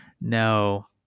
no